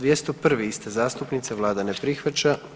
201. iste zastupnice, vlada ne prihvaća.